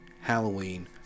Halloween